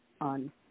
on